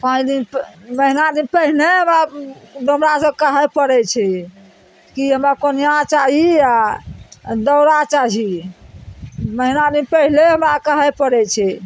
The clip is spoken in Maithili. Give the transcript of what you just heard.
पाँच दिन महीना दिन पहिने हमरा डोमरा सब कहय पड़य छै की हमरा कोनियाँ चाही आओर दौड़ा चाही महीना दिन पहिले हमरा कहय पड़य छै